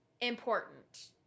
important